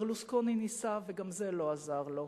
ברלוסקוני ניסה, וגם זה לא עזר לו.